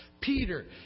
Peter